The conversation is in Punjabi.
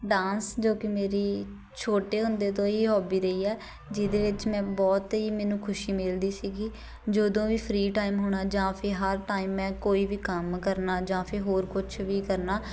ਡਾਂਸ ਜੋ ਕਿ ਮੇਰੀ ਛੋਟੇ ਹੁੰਦੇ ਤੋਂ ਹੀ ਹੋਬੀ ਰਹੀ ਹੈ ਜਿਹਦੇ ਵਿੱਚ ਮੈਂ ਬਹੁਤ ਹੀ ਮੈਨੂੰ ਖੁਸ਼ੀ ਮਿਲਦੀ ਸੀਗੀ ਜਦੋਂ ਵੀ ਫ੍ਰੀ ਟਾਈਮ ਹੋਣਾ ਜਾਂ ਫਿਰ ਹਰ ਟਾਈਮ ਮੈਂ ਕੋਈ ਵੀ ਕੰਮ ਕਰਨਾ ਜਾਂ ਫਿਰ ਹੋਰ ਕੁਛ ਵੀ ਕਰਨਾ